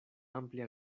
amplia